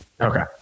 Okay